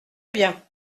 bien